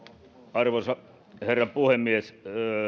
arvoisa herra puhemies